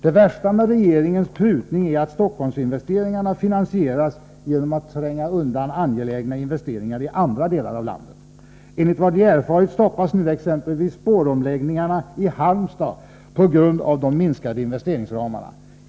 Det värsta med regeringens prutning är att Stockholmsinvesteringarna finansieras genom att man tränger undan angelägna investeringar i andra delar av landet. Enligt vad vi har erfarit stoppas nu exempelvis spåromläggningarna i Halmstad på grund av de minskade investeringsramarna.